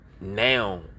now